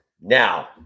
Now